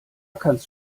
kannst